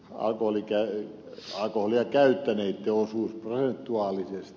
alku olikin yksi alkoholia käyttäneen osuus prosentuaalisesti